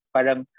Parang